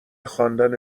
خواندن